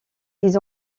ils